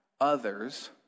others